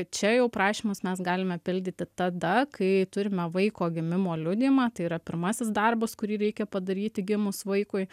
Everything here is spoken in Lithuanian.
čia jau prašymus mes galime pildyti tada kai turime vaiko gimimo liudijimą tai yra pirmasis darbas kurį reikia padaryti gimus vaikui